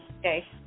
Okay